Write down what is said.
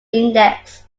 index